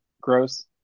Gross